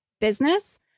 business